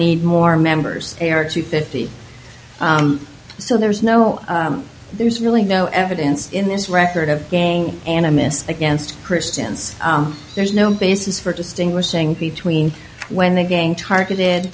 need more members eric to fifty so there's no there's really no evidence in this record of gang and i missed against christians there's no basis for distinguishing between when they gang targeted